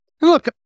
Look